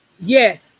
Yes